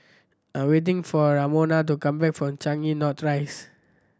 I waiting for Ramona to come back from Changi North Rise